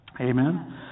Amen